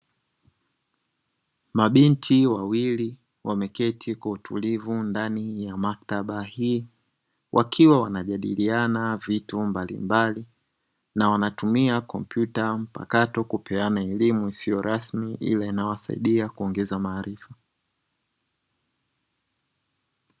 Mabinti wawili wameketi kwa utulivu ndani ya maktaba hii wakiwa wanajadiliana vitu mbalimbali, na wanatumia kompyuta mpakato kupeana elimu isiyo rasmi ila inayowasaidia kuongeza maarifa.